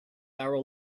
our